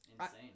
insane